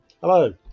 Hello